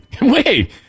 Wait